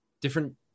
different